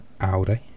Audi